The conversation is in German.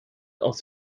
aus